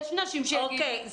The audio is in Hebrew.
יש נשים --- אוקיי.